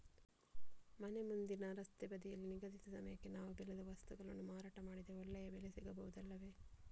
ಮನೆ ಮುಂದಿನ ರಸ್ತೆ ಬದಿಯಲ್ಲಿ ನಿಗದಿತ ಸಮಯಕ್ಕೆ ನಾವು ಬೆಳೆದ ವಸ್ತುಗಳನ್ನು ಮಾರಾಟ ಮಾಡಿದರೆ ಒಳ್ಳೆಯ ಬೆಲೆ ಸಿಗಬಹುದು ಅಲ್ಲವೇ?